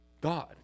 God